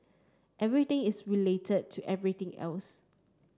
everything is related to everything else